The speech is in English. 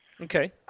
Okay